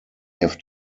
have